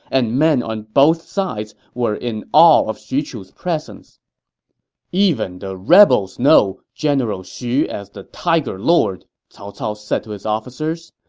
and men on both sides were in awe of xu chu's presence even the rebels know general xu as the tiger lord, cao cao said to his officers.